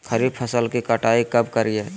खरीफ फसल की कटाई कब करिये?